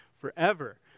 forever